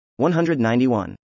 191